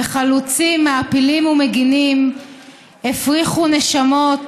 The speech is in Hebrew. וחלוצים, מעפילים ומגינים הפריחו נשמות,